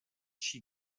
she